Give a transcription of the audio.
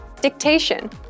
dictation